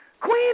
Queen